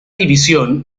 división